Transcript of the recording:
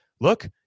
look